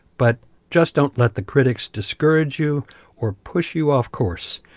but just don't let the critics discourage you or push you off course.